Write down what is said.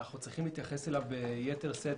אנחנו צריכים להתייחס אליו ביתר שאת,